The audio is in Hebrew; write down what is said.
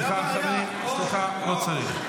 סליחה, חברים, לא צריך.